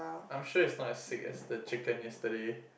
I'm sure it's not as sick as the chicken yesterday